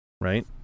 Right